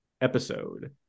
episode